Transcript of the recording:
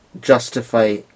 justify